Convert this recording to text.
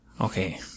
Okay